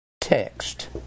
text